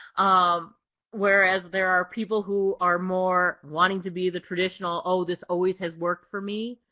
um whereas there are people who are more wanting to be the traditional oh, this always has worked for me.